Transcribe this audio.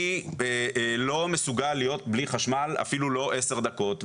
אני לא מסוגל להיות בלי חשמל אפילו לא 10 דקות.